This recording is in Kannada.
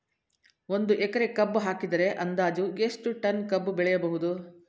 ಒಂದು ಎಕರೆ ಕಬ್ಬು ಹಾಕಿದರೆ ಅಂದಾಜು ಎಷ್ಟು ಟನ್ ಕಬ್ಬು ಬೆಳೆಯಬಹುದು?